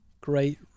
great